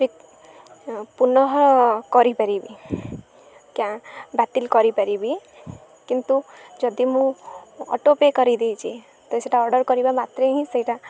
ପୁନଃ କରିପାରିବି ବାତିଲ୍ କରିପାରିବି କିନ୍ତୁ ଯଦି ମୁଁ ଅଟୋପେ କରେଇଦେଇଛି ତ ସେଇଟା ଅର୍ଡ଼ର୍ କରିବା ମାତ୍ରେ ହିଁ ସେଇଟା